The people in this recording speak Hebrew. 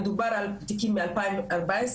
מדובר על תיקים מ-2014,